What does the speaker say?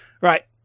right